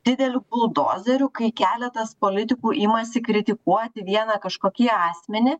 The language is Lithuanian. dideliu buldozeriu kai keletas politikų imasi kritikuoti vieną kažkokį asmenį